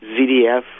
ZDF